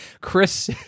Chris